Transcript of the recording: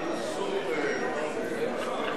עכשיו אנא סעו למזכיר הממשלה לדבר אתו,